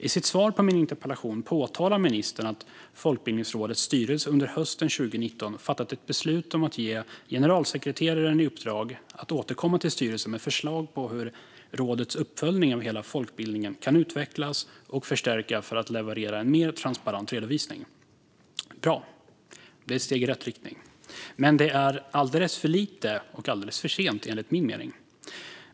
I sitt svar på min interpellation påpekar ministern att Folkbildningsrådets styrelse under hösten 2019 fattat ett beslut om att ge generalsekreteraren i uppdrag att återkomma till styrelsen med förslag på hur rådets uppföljning av hela folkbildningen kan utvecklas och förstärkas för att leverera en mer transparent redovisning. Bra, det är ett steg i rätt riktning. Men det är enligt min mening alldeles för lite och alldeles för sent.